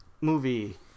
movie